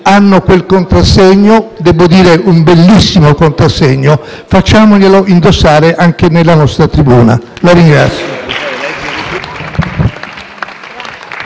hanno quel contrassegno, devo dire un bellissimo contrassegno: facciamoglielo indossare anche nella nostra tribuna. *(Applausi